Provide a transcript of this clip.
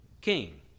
king